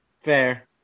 Fair